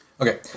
Okay